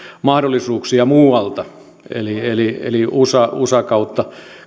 mahdollisuuksia muualta eli eli usan usan kautta